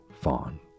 Fawn